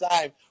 time